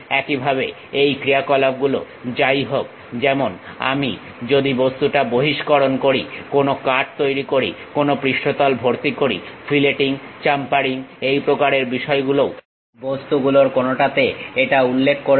একইভাবে এই ক্রিয়া কলাপ গুলো যাই হোক যেমন যদি আমি বস্তুটা বহিষ্করণ করি কোনো কাট তৈরি করি কোনো পৃষ্ঠতল ভর্তি করি ফিলেটিং চাম্পারিং এই প্রকারের বিষয়গুলোও বস্তুগুলোর কোনোটাতে এটা উল্লেখ করবে